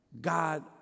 God